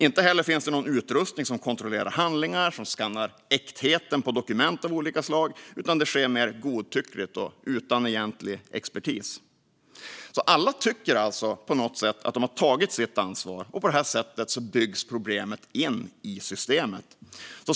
Inte heller finns det någon utrustning som kontrollerar handlingar och som skannar äktheten på dokument av olika slag, utan det sker mer godtyckligt och utan egentlig expertis. Alla tycker alltså på något sätt att de har tagit sitt ansvar, och på detta sätt byggs problemet in i systemet.